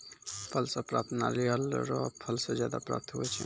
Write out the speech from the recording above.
फल से प्राप्त नारियल रो फल से ज्यादा प्राप्त हुवै छै